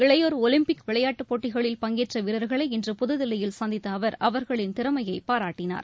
இளையோா் Olympic விளையாட்டுப் போட்டிகளில் பங்கேற்ற வீரா்களை இன்று புதுதில்லியில் சந்தித்த அவர் அவர்களின் திறமையை பாராட்டினார்